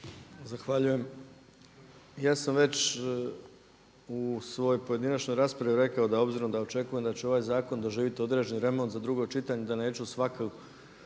(SDP)** Ja sam već u svojoj pojedinačnoj raspravi rekao da obzirom da očekujem da će ovaj zakon doživjeti određeni remont za drugo čitanje da neću svaku